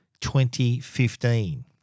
2015